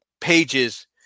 pages